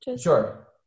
sure